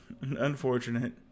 Unfortunate